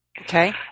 Okay